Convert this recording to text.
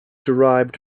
derived